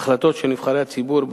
החלטות של נבחרי הציבור.